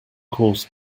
course